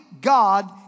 God